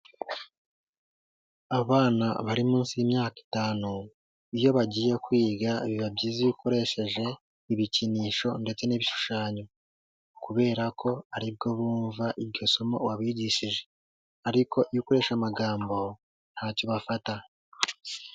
Abana bari munsi y'imyaka itanu iyo bagiye kwiga biba byiza iyo ukoresheje ibikinisho ndetse n'ibishushanyo kubera ko aribwo bumva iryo somo wabigishije ariko iyo ukoresha amagambo ntacyo bafata.